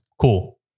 cool